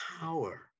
power